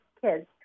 kids